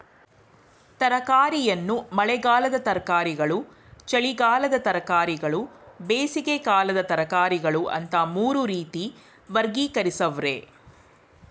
ತರಕಾರಿಯನ್ನು ಮಳೆಗಾಲದ ತರಕಾರಿಗಳು ಚಳಿಗಾಲದ ತರಕಾರಿಗಳು ಬೇಸಿಗೆಕಾಲದ ತರಕಾರಿಗಳು ಅಂತ ಮೂರು ರೀತಿ ವರ್ಗೀಕರಿಸವ್ರೆ